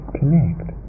connect